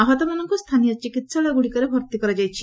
ଆହତମାନଙ୍କୁ ସ୍ଥାନୀୟ ଚିକିତ୍ସାଳୟଗୁଡ଼ିକରେ ଭର୍ତ୍ତି କରାଯାଇଛି